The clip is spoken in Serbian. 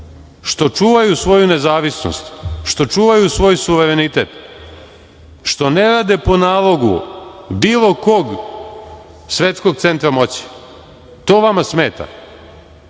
što čuvaju svoju nezavisnost, što čuvaju svoj suverenitet, što ne rade po nalogu bilo kog svetskog centra moći. To vama smeta.